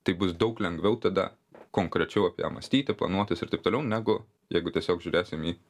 tai bus daug lengviau tada konkrečiau apie ją mąstyti planuotis ir taip toliau negu jeigu tiesiog žiūrėsim į